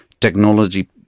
technology